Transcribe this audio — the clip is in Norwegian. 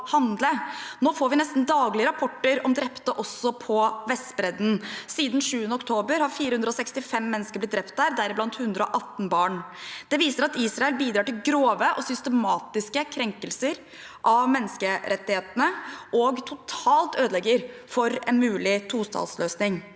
Nå får vi nesten daglig rapporter om drepte også på Vestbredden. Siden 7. oktober har 465 mennesker blitt drept der, deriblant 118 barn. Det viser at Israel bidrar til grove og systematiske krenkelser av menneskerettighetene og totalt ødelegger for en mulig tostatsløsning.